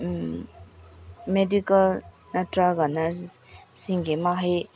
medical ꯅꯠꯇ꯭ꯔꯒ ꯅꯔꯁ ꯁꯤꯡꯒꯤ ꯃꯍꯩ